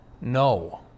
No